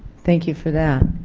thank you for that.